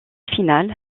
finale